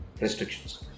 restrictions